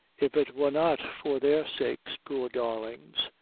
if it were not for their sakes, poor darlings,